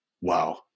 wow